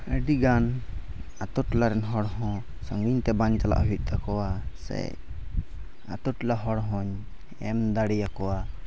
ᱟᱹᱰᱤᱜᱟᱱ ᱟᱹᱛᱩ ᱴᱚᱞᱟ ᱨᱮᱱ ᱦᱚᱲ ᱦᱚᱸ ᱥᱟᱺᱜᱤᱧᱛᱮ ᱵᱟᱝ ᱪᱟᱞᱟᱜ ᱦᱩᱭᱩᱜ ᱛᱟᱠᱚᱣᱟ ᱥᱮ ᱟᱹᱛᱩ ᱴᱚᱞᱟ ᱦᱚᱲ ᱦᱚᱧ ᱮᱢ ᱫᱟᱲᱮᱭᱟᱠᱚᱣᱟ